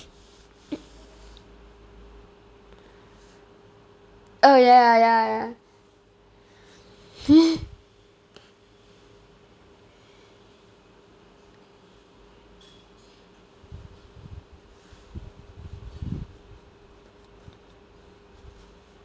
oh ya ya ya